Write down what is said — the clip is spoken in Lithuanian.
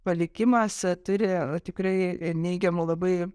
palikimas a turi a tikrai neigiamų labai